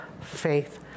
faith